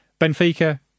Benfica